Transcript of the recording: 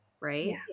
right